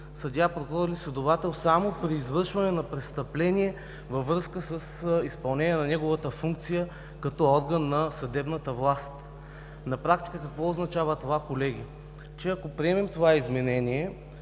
съдия, прокурор или следовател само при извършване на престъпление във връзка с изпълнение на неговата функция като орган на съдебната власт. На практика какво означава това, колеги? Че ако приемем това изменение,